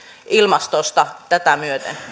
ilmastosta tätä myöten